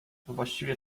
właściwie